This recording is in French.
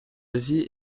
vie